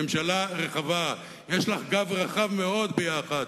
ממשלה רחבה, יש לך גב רחב מאוד ביחד.